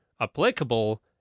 applicable